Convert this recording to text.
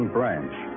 Branch